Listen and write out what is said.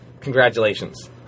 congratulations